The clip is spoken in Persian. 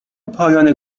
پایان